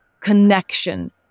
connection